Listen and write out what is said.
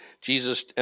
Jesus